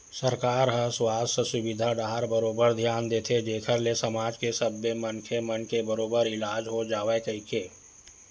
सरकार ह सुवास्थ सुबिधा डाहर बरोबर धियान देथे जेखर ले समाज के सब्बे मनखे मन के बरोबर इलाज हो जावय कहिके